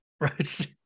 Right